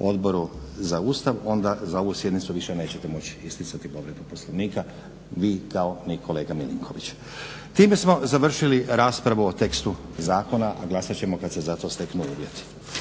Odboru za Ustav onda za ovu sjednicu više nećete moći isticati povredu Poslovnika, vi kao ni kolega MIlinković. Time smo završili raspravu o tekstu zakona, a glasat ćemo kada se zato steknu uvjeti.